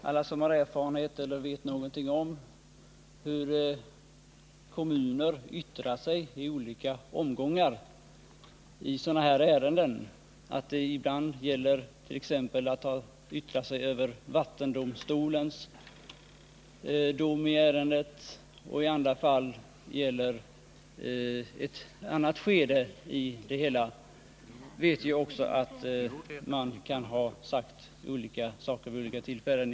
Alla som har erfarenhet av eller på annat sätt vet någonting om hur kommuner yttrar sig i olika omgångar i sådana här ärenden — ibland gäller det t.ex. att yttra sig över vattendomstolens dom, ibland gäller det att yttra sig i ett annat skede i ärendets gång — vet ju att man kan ha sagt olika saker vid olika tillfällen.